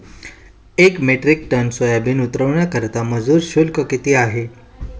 एक metric ton soybean उतरवण्याकरता मजूर शुल्क किती आहे?